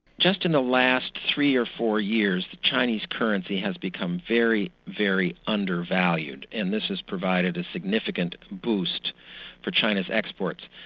just in the last three or four years, the chinese currency has become very, very under-valued, and this has provided a significant boost for china's exports.